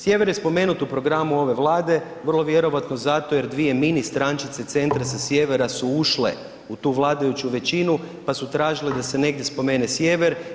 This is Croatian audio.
Sjever je spomenut u programu ove Vlade vrlo vjerojatno zato jer dvije mini strančice centra za sjevera su ušle u tu vladajuću većinu da su tražili da se negdje spomene sjever.